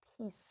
peace